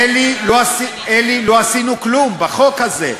אלי, לא עשינו כלום בחוק הזה.